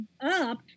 up